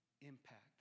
impact